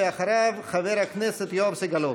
אחריו, חבר הכנסת יואב סגלוביץ.